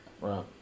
Right